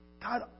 God